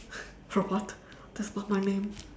robot that's not my name